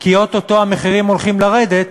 כי או-טו-טו המחירים הולכים לרדת,